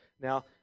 Now